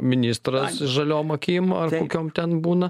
ministras žaliom akim kokiom ten būna